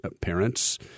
parents